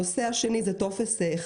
הנושא השני זה איחוד טפסים.